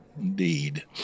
indeed